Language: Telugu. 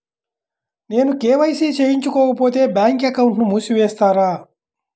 నేను కే.వై.సి చేయించుకోకపోతే బ్యాంక్ అకౌంట్ను మూసివేస్తారా?